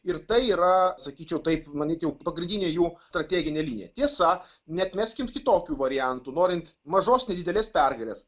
ir tai yra sakyčiau taip manyt jau pagrindinė jų strateginė linija tiesa neatmeskim kitokių variantų norint mažos nedidelės pergalės